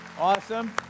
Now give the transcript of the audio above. awesome